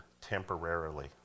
temporarily